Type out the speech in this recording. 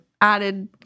added